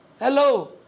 Hello